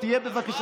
בבקשה.